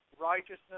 righteousness